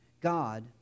God